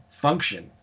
function